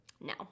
No